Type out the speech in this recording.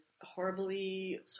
horribly